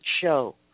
show